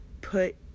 put